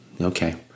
okay